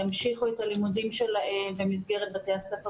ימשיכו את הלימודים שלהם במסגרת בתי-הספר